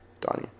Donnie